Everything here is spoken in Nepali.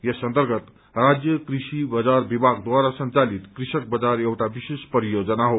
यस अर्न्तगत राज्य कृषि बजार विभागद्वारा संचालित कृषक बजार एउटा विशेष परियोजना हो